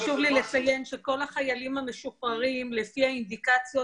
חשוב לי לציין שכל החיילים המשוחררים לפי האינדיקציות